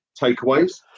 takeaways